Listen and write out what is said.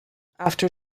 after